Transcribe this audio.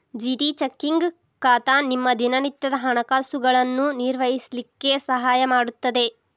GT checking ಖಾತಾ ನಿಮ್ಮ ದಿನನಿತ್ಯದ ಹಣಕಾಸುಗಳನ್ನು ನಿರ್ವಹಿಸ್ಲಿಕ್ಕೆ ಸಹಾಯ ಮಾಡುತ್ತದೆ